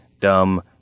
dumb